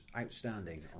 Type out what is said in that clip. outstanding